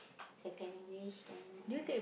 second English then uh